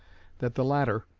that the latter,